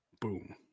Boom